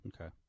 Okay